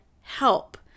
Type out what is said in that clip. help